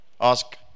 ask